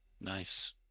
Nice